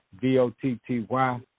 D-O-T-T-Y